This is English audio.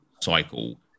cycle